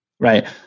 Right